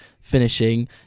finishing